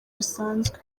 busanzwe